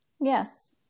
yes